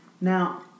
Now